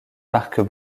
marques